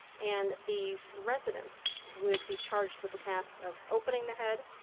and the residents would be charged with the task of opening the head,